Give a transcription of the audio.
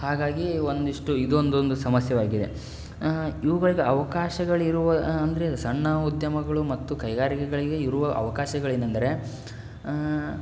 ಹಾಗಾಗಿ ಒಂದಿಷ್ಟು ಇದೊಂದೊಂದು ಸಮಸ್ಯೆವಾಗಿದೆ ಇವುಗಳಿಗೆ ಅವಕಾಶಗಳಿರುವ ಅಂದರೆ ಸಣ್ಣ ಉದ್ಯಮಗಳು ಮತ್ತು ಕೈಗಾರಿಕೆಗಳಿಗೆ ಇರುವ ಅವಕಾಶಗಳು ಏನೆಂದರೆ